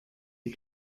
die